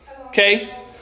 Okay